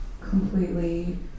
completely